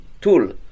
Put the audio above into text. tool